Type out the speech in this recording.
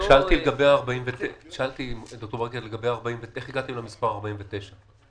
איך הגעתם ל-49%?